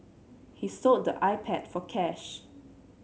he sold the iPad for cash